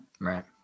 Right